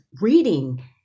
reading